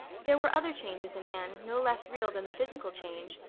there were other changes in anne no less real than the physical change.